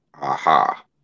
Aha